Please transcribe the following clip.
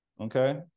Okay